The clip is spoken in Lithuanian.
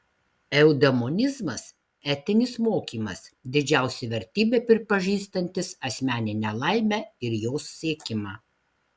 eudemonizmas etinis mokymas didžiausia vertybe pripažįstantis asmeninę laimę ir jos siekimą